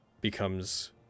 becomes